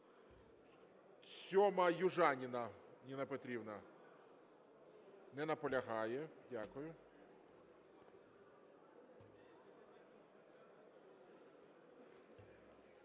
7-а, Южаніна Ніна Петрівна. Не наполягає. Дякую.